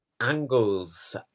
angles